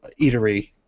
eatery